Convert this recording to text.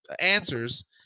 answers